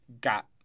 Got